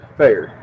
fair